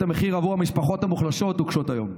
המחיר עבור המשפחות החלשות וקשות היום.